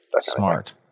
Smart